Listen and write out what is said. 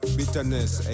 bitterness